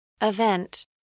Event